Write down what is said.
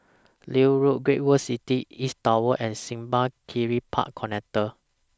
Leith Road Great World City East Tower and Simpang Kiri Park Connector